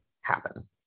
happen